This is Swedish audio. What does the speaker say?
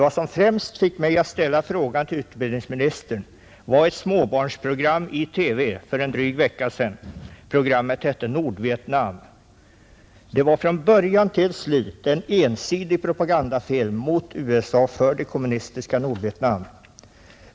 Vad som främst fick mig att ställa frågan till utbildningsministern var ett småbarnsprogram i TV för en dryg vecka sedan. Programmet hette ”Nordvietnam”. Det var från början till slut en ensidig propagandafilm mot USA och för det kommunistiska Nordvietnam.